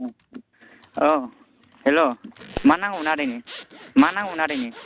हेल' मानो नांगौमोन आदैनो मा नांगौमोन आदैनो